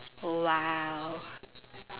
!wow!